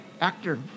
actor